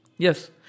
Yes